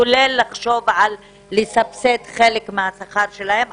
כולל לחשוב על לסבסד חלק מהשכר שלהם.